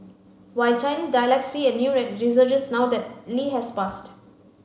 will Chinese dialects see a new resurgence now that Lee has passed